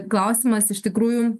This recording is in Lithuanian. klausimas iš tikrųjų